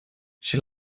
she